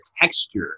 texture